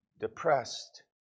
depressed